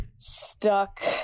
Stuck